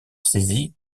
saisie